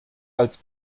als